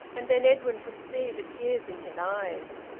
and then edwin could see the tears in his eyes.